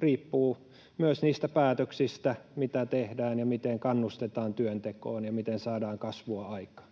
riippuu myös niistä päätöksistä, mitä tehdään ja miten kannustetaan työntekoon ja miten saadaan kasvua aikaan.